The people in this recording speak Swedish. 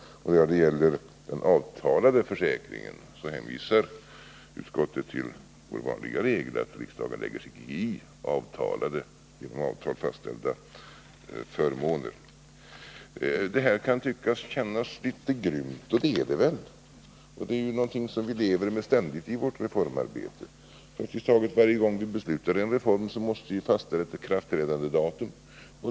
Vad gäller den avtalade försäkringen hänvisar utskottet till vår vanliga regel, att riksdagen inte lägger sig i genom avtal fastställda förmåner. Det här kan kännas litet grymt, och det är väl grymt. Men det är ju någonting som vi lever med ständigt i vårt reformarbete. Praktiskt taget varje gång vi fattar beslut om en reform måste vi fastställa ett ikraftträdandedatum.